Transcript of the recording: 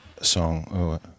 song